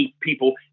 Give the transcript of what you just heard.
people